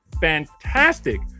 fantastic